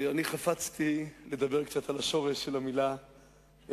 וחפצתי לדבר קצת על השורש של המלה "אמון".